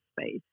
space